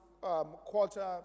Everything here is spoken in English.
quarter